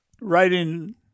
writing